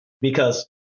because-